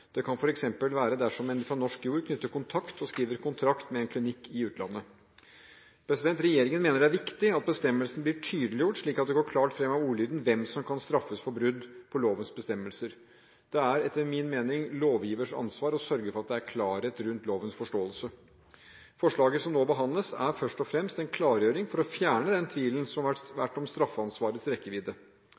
Det kan f.eks. være dersom man fra norsk jord knytter kontakt og skriver kontrakt med en klinikk i utlandet. Regjeringen mener det er viktig at bestemmelsen blir tydeliggjort, slik at det går klart fram av ordlyden hvem som kan straffes for brudd på lovens bestemmelser. Det er etter min mening lovgivers ansvar å sørge for at det er klarhet rundt lovens forståelse. Forslaget som nå behandles, er først og fremst en klargjøring for å fjerne den tvilen som har vært om straffansvarets rekkevidde.